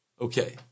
okay